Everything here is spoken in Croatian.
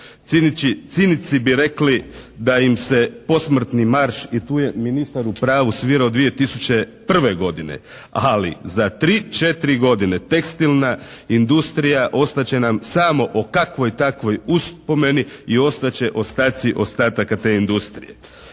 Cinici bi rekli da im se posmrtni marš, i tu je ministar u pravu, svirao 2001. godine. Ali za 3, 4 godine tekstilna industrija ostat će nam samo o kakvoj takvoj uspomeni i ostat će ostaci ostataka te industrije.